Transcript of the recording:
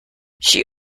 she